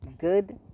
Good